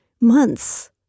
months